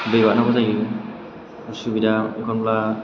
दै बारनांगौ जायो उसुबिदा एखनब्ला